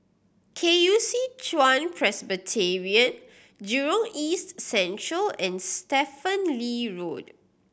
K U C Chuan Presbyterian Jurong East Central and Stephen Lee Road